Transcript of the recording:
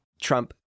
Trump